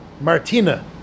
Martina